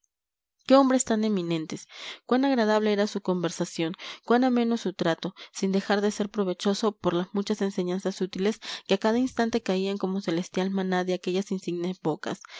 qué hombres tan eminentes cuán agradable era su conversación cuán ameno su trato sin dejar de ser provechoso por las muchas enseñanzas útiles que a cada instante caían como celestial maná de aquellas insignes bocas